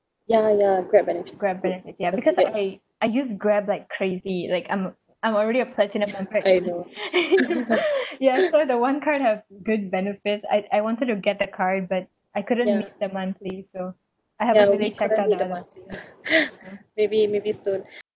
Grab benefits ya because I I use Grab like crazy like I'm I'm already a platinum member ya so the one card have good benefits I I wanted to get the card but I couldn't meet the monthly so I haven't really check on the monthly lah